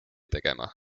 tegema